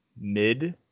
mid